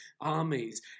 armies